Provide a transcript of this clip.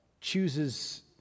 chooses